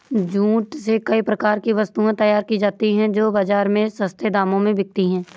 jute से कई प्रकार की वस्तुएं तैयार की जाती हैं जो बाजार में सस्ते दामों में बिकती है